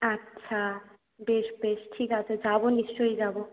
আচ্ছা বেশ বেশ ঠিক আছে যাব নিশ্চয়ই যাব